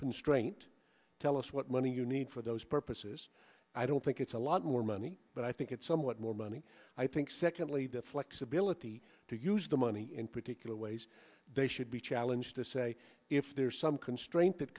constraint tell us what money you need for those purposes i don't think it's a lot more money but i think it's somewhat more money i think secondly the flexibility to use the money in particular ways they should be challenged to say if there's some constraint that